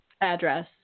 address